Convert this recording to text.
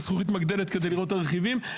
זכוכית מגדלת כדי לראות את הרכיבים האלה.